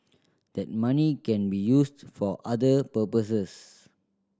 that money can be used for other purposes